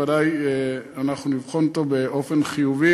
ודאי אנחנו נבחן אותו באופן חיובי,